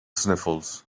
sniffles